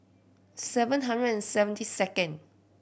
seven hundred and seventy second